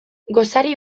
gosari